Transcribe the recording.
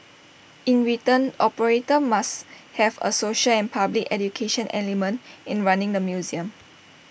in return operator must have A social and public education element in running the museum